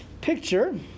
picture